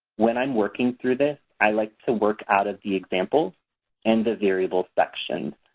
when i'm working through this, i like to work out of the examples and the variable sections.